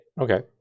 Okay